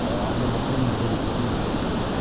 அந்த மக்கள் மிக மிகப் பெரிய அளவிலான